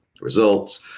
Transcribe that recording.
results